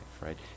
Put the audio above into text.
right